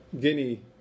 Guinea